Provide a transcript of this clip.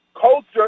Culture